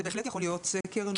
זה בהחלט יכול להיות סקר נוסף.